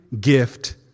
gift